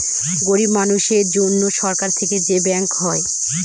গরিব মানুষের জন্য সরকার থেকে যে ব্যাঙ্ক হয়